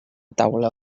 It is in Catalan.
taula